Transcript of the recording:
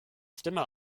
stimme